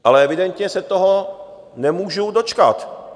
Ale evidentně se toho nemůžu dočkat.